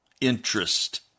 interest